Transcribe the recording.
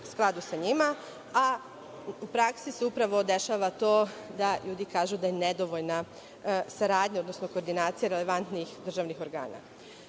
skladu sa njima. U praksi se upravo dešava to da ljudi kažu da je nedovoljna saradnja, odnosno koordinacija relevantnih državnih